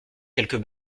quelques